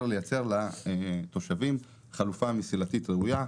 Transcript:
זמן לייצר לתושבים חלופה מסילתית ראויה.